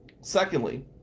Secondly